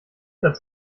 später